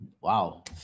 wow